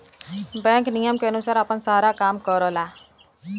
bank नियम के अनुसार आपन सारा काम करला